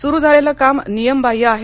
सुरू झालेलं काम नियमबाह्य आहे